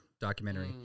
documentary